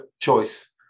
choice